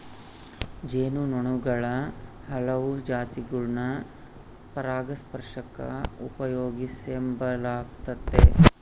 ಜೇನು ನೊಣುಗುಳ ಹಲವು ಜಾತಿಗುಳ್ನ ಪರಾಗಸ್ಪರ್ಷಕ್ಕ ಉಪಯೋಗಿಸೆಂಬಲಾಗ್ತತೆ